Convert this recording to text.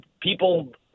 People